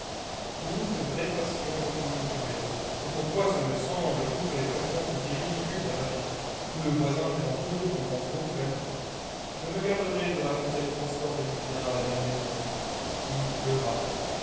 toute vraie passion ne songe qu'à elle c'est pourquoi ce me semble toutes les passions sont si ridicules à paris où le voisin prétend toujours qu'on pense beaucoup à lui je me garderai de raconter les transports de julien à la malmaison il pleura